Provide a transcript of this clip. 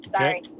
Sorry